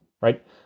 right